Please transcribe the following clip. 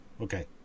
okay